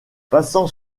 passant